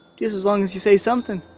just as long as you say something.